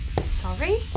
Sorry